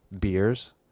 beers